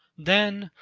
then,